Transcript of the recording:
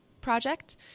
project